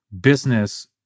business